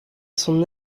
son